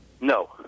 No